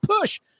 push